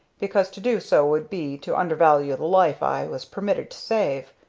because to do so would be to undervalue the life i was permitted to save.